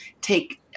take